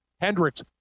Hendricks